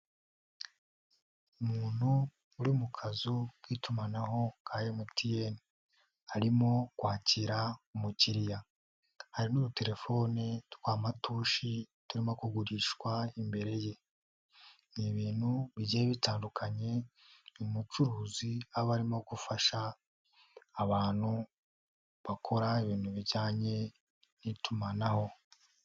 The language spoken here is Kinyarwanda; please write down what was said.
Umuntu uri mu kazu k'itumanaho ka MTN, arimo kwakira umukiriya hari n'udutelefoni twa matushe turimo kugurishwa, imbere ye ni ibintu bigiye bitandukanye, umucuruzi aba arimo gufasha abantu bakora ibintu bijyanye n'itumanaho.